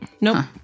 Nope